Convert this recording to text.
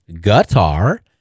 guitar